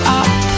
up